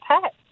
pet